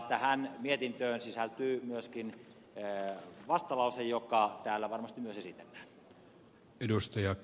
tähän mietintöön sisältyy myöskin vastalause joka täällä varmasti myös esitellään